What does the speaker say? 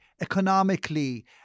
economically